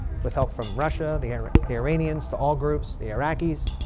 with help from russia, the arab, the iranians to all groups, the iraqis.